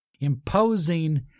imposing